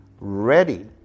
ready